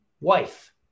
wife